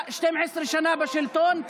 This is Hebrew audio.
אתה 12 שנה בשלטון?